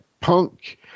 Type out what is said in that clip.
Punk